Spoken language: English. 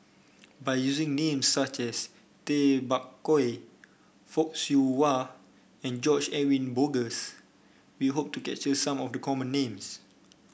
by using names such as Tay Bak Koi Fock Siew Wah and George Edwin Bogaars we hope to capture some of the common names